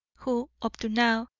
who, up to now,